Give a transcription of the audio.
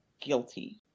guilty